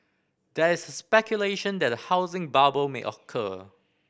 there is speculation that a housing bubble may occur